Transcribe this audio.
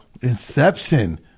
Inception